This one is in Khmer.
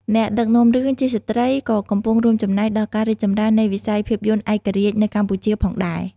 អ្នកដឹកនាំរឿងជាស្ត្រីក៏កំពុងរួមចំណែកដល់ការរីកចម្រើននៃវិស័យភាពយន្តឯករាជ្យនៅកម្ពុជាផងដែរ។